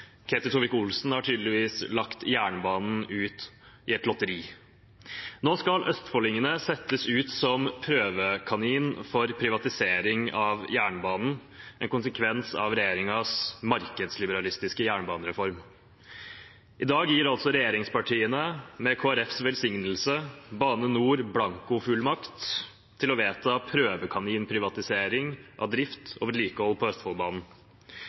Ketil Solvik-Olsen har tydeligvis lagt jernbanen ut i et lotteri. Nå skal østfoldingene settes ut som prøvekaniner for privatisering av jernbanen, en konsekvens av regjeringens markedsliberalistiske jernbanereform. I dag gir altså regjeringspartiene med Kristelig Folkepartis velsignelse Bane NOR blankofullmakt til å vedta prøvekaninprivatisering av drift og vedlikehold på Østfoldbanen.